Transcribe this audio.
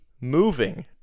moving